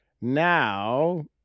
now